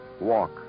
Walk